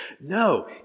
No